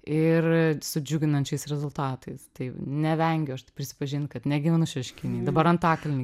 ir su džiuginančiais rezultatais tai nevengiu aš prisipažint kad negyvenu šeškinėj dabar antakalny